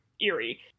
eerie